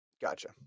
Gotcha